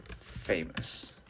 famous